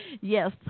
Yes